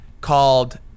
called